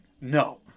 No